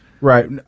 Right